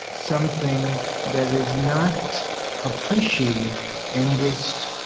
something that is not appreciated in this